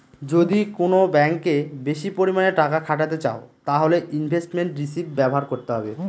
যদি কোন ব্যাঙ্কে বেশি পরিমানে টাকা খাটাতে চাও তাহলে ইনভেস্টমেন্ট রিষিভ ব্যবহার করতে হবে